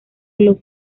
los